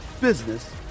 business